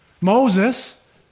Moses